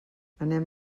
anem